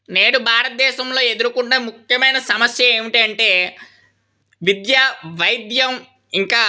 నేడు భారతదేశంలో ఎదుర్కొన్న ముఖ్యమైన సమస్య ఏంటంటే విద్యా వైద్యం ఇంకా